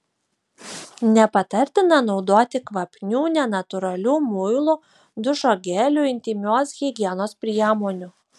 nepatartina naudoti kvapnių nenatūralių muilų dušo gelių intymios higienos priemonių